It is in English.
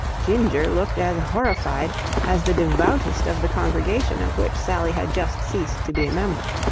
ginger looked as horrified as the devoutest of the congregation of which sally had just ceased to be a member.